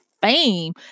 fame